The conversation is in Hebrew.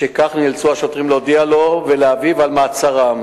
משכך נאלצו השוטרים להודיע לו ולאביו על מעצרם